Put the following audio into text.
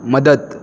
मदत